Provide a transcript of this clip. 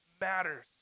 matters